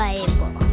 Bible